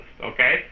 okay